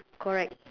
correct